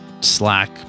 Slack